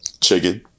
Chicken